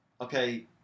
Okay